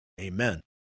Amen